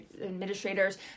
administrators